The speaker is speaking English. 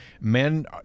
men